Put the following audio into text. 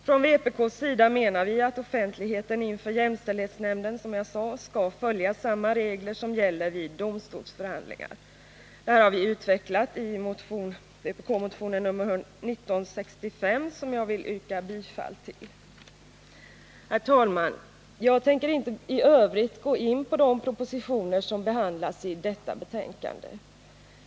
Från vpk:s sida menar vi att offentligheten inför jämställdhetsnämnden skall följa samma regler som gäller vid domstolsförhandlingar. Detta har vi utvecklat i vpk-motionen nr 1965, som jag vill yrka bifall till. Herr talman! Jag tänker inte i övrigt gå in på de propositioner som behandlas i detta betänkande.